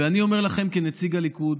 ואני אומר לכם כנציג הליכוד,